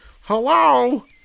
Hello